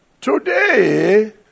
today